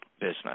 business